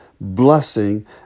blessing